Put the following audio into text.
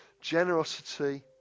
generosity